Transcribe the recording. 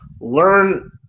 learn